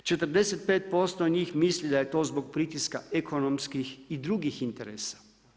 45% njih misli da je to zbog pritiska ekonomskih i drugih interesa.